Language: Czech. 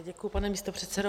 Děkuji, pane místopředsedo.